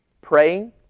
praying